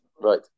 right